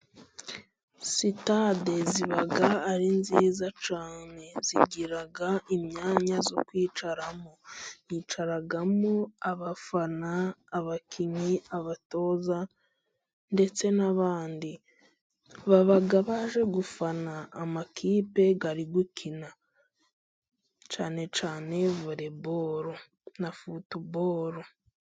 Sitade ziba ari nziza cyane ,zigira imyanya yo kwicaramo yicaramo abafana, abakinnyi ,abatoza ndetse n'abandi baba baje gufana amakipe ari gukina cyane cyane volebolo na futubolo.